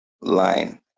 line